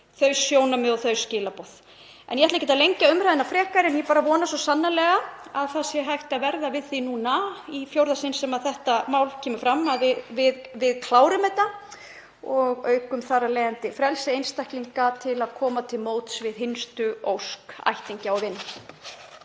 þau sjónarmið og þau skilaboð. Ég ætla ekki að lengja umræðuna frekar. Ég vona svo sannarlega að hægt sé að verða við þessu núna, í fjórða sinn sem þetta mál kemur fram, og við klárum þetta. Ég vona að við aukum frelsi einstaklinga til að koma til móts við hinstu ósk ættingja og vina.